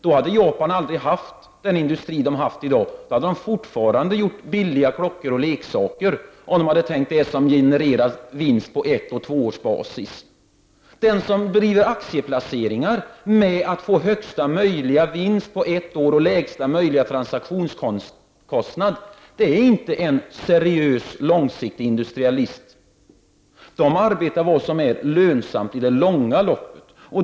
Japan skulle aldrig ha haft den industri som man har i dag utan hade fortfarande tillverkat billiga klockor och leksaker, om Japan bara tänkt på sådant som genererar vinster på etteller tvåårsbasis. Den som gör aktieplaceringar för att få högsta möjliga vinst på ett år och lägsta möjliga transaktionskostnad är inte en seriös långsiktig industrialist. En sådan arbetar efter vad som är lönsamt i det långa loppet.